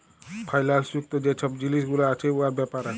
ফাইল্যাল্স যুক্ত যে ছব জিলিস গুলা আছে উয়ার ব্যাপারে